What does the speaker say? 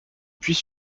puis